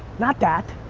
not that.